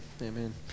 Amen